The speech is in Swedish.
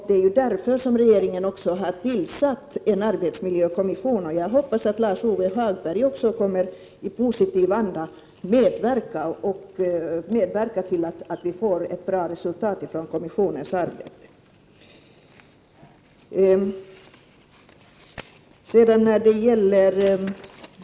Det är därför som regeringen har tillsatt en arbetsmiljökommission, och jag hoppas att Lars-Ove Hagberg kommer att medverka i positiv anda till att det blir ett bra resultat av kommissionens arbete.